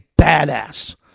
badass